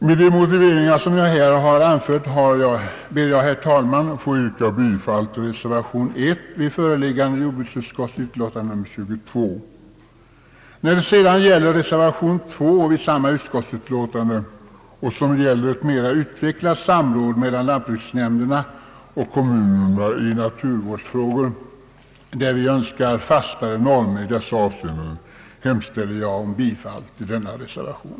Med de motiveringar som jag här har anfört ber jag, herr talman, att få yrka bifall till reservation 1 vid föreliggande jordbruksutskottsutlåtande nr 22. samma utskottsutlåtande, som gäller ett mera utvecklat samråd mellan lantbruksnämnderna och kommunerna i naturvårdsfrågor, där vi önskar fastare normer i dessa avseenden, hemställer jag om bifall till denna reservation.